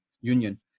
Union